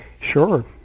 Sure